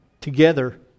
together